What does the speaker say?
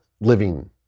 living